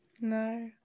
No